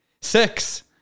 Six